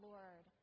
Lord